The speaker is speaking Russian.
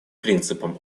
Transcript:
принципам